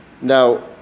Now